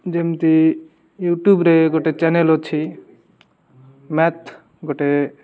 ଯେମିତି ୟୁଟ୍ୟୁବରେ ଗୋଟେ ଚ୍ୟାନେଲ ଅଛି ମ୍ୟାଥ ଗୋଟେ